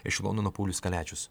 iš londono paulius kaliačius